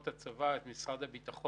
שנתיים.